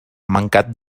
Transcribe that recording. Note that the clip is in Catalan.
mancat